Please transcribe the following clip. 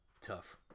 tough